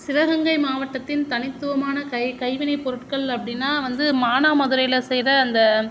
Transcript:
சிவகங்கை மாவட்டத்தின் தனித்துவமான கை கைவினை பொருட்கள் அப்படின்னா வந்து மானாமதுரையில செய்த அந்த